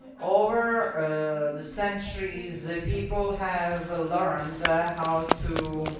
over ah the centuries, people have learned how to